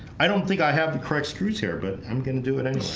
i don't think i have the correct screws here, but i'm gonna do it in